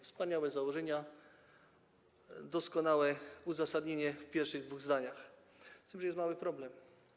Wspaniałe założenia, doskonałe uzasadnienie w pierwszych dwóch zdaniach, z tym że jest mały problem.